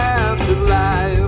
afterlife